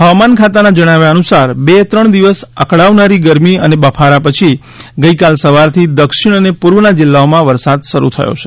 હવામાન ખાતાના જણાવ્યા અનુસાર બે ત્રણ દિવસ અકળવનારી ગરમી અને બફારા પછી ગઈકાલ સવારથી દક્ષિણ અને પૂર્વના જિલ્લાઓમાં વરસાદ શરૂ થયો છે